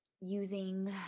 using